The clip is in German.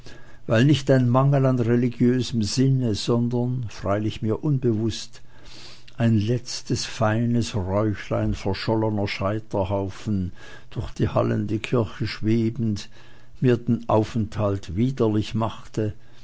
weil nicht ein mangel an religiösem sinne sondern freilich mir unbewußt ein letztes feines räuchlein verschollener scheiterhaufen durch die hallende kirche schwebend mir den aufenthalt widerlich machte